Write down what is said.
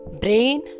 brain